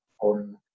on